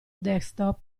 desktop